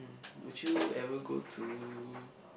would you ever go to